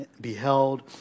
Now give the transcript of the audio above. beheld